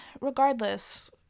Regardless